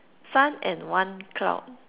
sun and one cloud